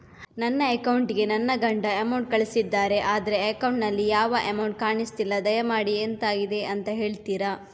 ನನ್ನ ಅಕೌಂಟ್ ಗೆ ನನ್ನ ಗಂಡ ಅಮೌಂಟ್ ಕಳ್ಸಿದ್ದಾರೆ ಆದ್ರೆ ಅಕೌಂಟ್ ನಲ್ಲಿ ಯಾವ ಅಮೌಂಟ್ ಕಾಣಿಸ್ತಿಲ್ಲ ದಯಮಾಡಿ ಎಂತಾಗಿದೆ ಅಂತ ಹೇಳ್ತೀರಾ?